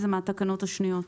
זה מהתקנות השניות.